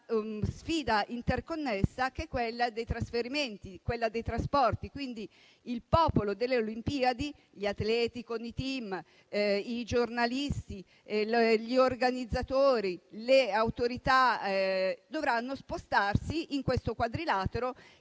sfida interconnessa dei trasferimenti, dei trasporti. Pertanto, il popolo delle Olimpiadi, gli atleti con i loro *team*, i giornalisti, gli organizzatori, le autorità dovranno spostarsi in questo quadrilatero,